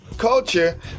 culture